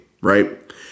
Right